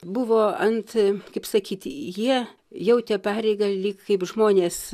buvo ant kaip sakyti jie jautė pareigą lyg kaip žmonės